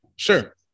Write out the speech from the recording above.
Sure